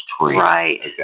Right